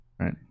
Right